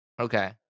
Okay